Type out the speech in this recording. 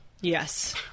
Yes